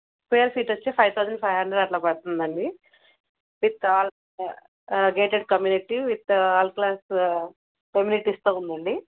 square feet వచ్చి five thousand five hundred అట్లా పడుతుందండి విత్ ఆల్ ఆ gated community with all plus ఎమినిటిస్తో ఉందండి